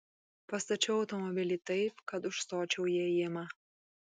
pastačiau automobilį taip kad užstočiau įėjimą